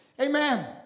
Amen